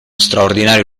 straordinario